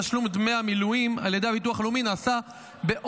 תשלום דמי המילואים על ידי הביטוח הלאומי נעשה באופן